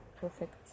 perfect